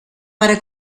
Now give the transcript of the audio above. para